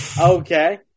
Okay